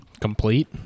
Complete